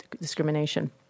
discrimination